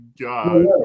god